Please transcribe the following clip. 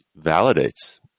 validates